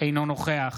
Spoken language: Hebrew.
אינו נוכח